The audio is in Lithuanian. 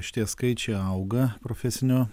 šitie skaičiai auga profesinio